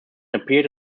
appeared